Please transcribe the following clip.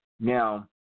Now